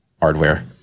hardware